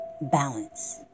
balance